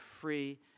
free